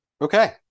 Okay